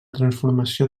transformació